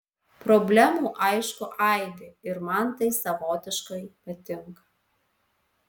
problemų aišku aibė ir man tai savotiškai patinka